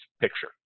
picture